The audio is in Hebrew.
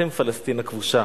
אתם פלסטין הכבושה.